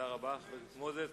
תודה רבה, חבר הכנסת מוזס.